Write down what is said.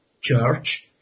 church